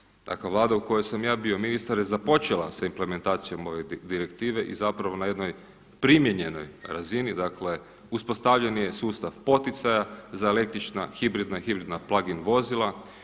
Prethodna vlada, dakle vlada u kojoj sam ja bio ministar je započela sa implementacijom ove direktive i zapravo na jednoj primijenjenoj razini uspostavljen je sustav poticaja za električna hibridna, hibridna plug-in vozila.